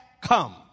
come